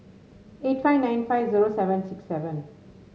eight five nine five zero seven six seven